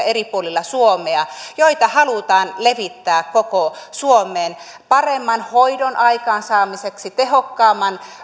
eri puolilla suomea niitä hyviä käytänteitä joita halutaan levittää koko suomeen paremman hoidon aikaansaamiseksi tehokkaampien